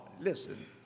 listen